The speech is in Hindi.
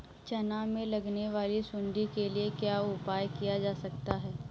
चना में लगने वाली सुंडी के लिए क्या उपाय किया जा सकता है?